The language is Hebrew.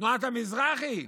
תנועת המזרחי.